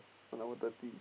one hour thirty